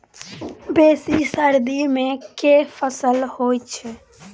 बेसी सर्दी मे केँ फसल होइ छै?